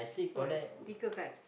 what's sticker card